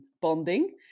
bonding